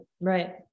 right